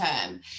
term